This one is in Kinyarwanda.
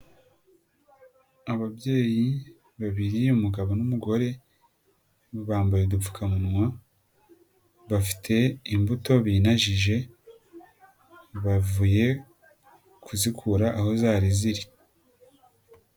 Ababyeyi babiri umugabo n'umugore bambaye udupfukamunwa, bafite imbuto binajije, bavuye kuzikura aho zari ziri.